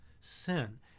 sin